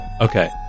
Okay